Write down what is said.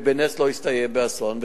ובנס לא הסתיים הדבר באסון,